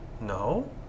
No